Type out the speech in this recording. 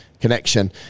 connection